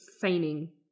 feigning